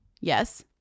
Yes